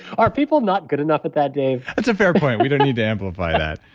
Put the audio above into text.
are people not good enough at that, dave? that's a fair point. we don't need to amplify that.